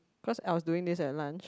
cause I was doing this at lunch